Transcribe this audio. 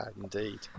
Indeed